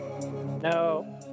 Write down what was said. No